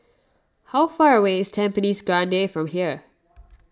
how far away is Tampines Grande from here